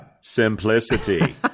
simplicity